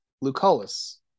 Lucullus